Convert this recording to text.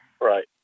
Right